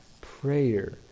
prayer